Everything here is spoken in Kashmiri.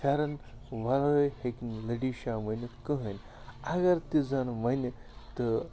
فٮ۪رَن وَرٲے ہیٚکہِ نہٕ لٔڈِشاہ ؤنِتھ کٕہۭنۍ اگر تہِ زَن وَنہِ تہٕ